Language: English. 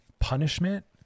punishment